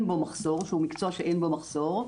שהוא מקצוע שאין בו מחסור,